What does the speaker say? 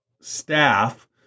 staff